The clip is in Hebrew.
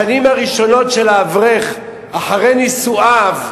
השנים הראשונות של האברך אחרי נישואיו,